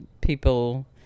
people